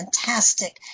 fantastic